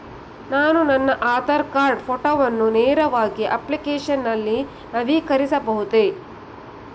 ನಾನು ನನ್ನ ಆಧಾರ್ ಕಾರ್ಡ್ ಫೋಟೋವನ್ನು ನೇರವಾಗಿ ಅಪ್ಲಿಕೇಶನ್ ನಲ್ಲಿ ನವೀಕರಿಸಬಹುದೇ?